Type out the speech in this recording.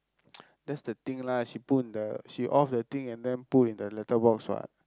that's the thing lah she put in the she off the thing and then put in the letter box what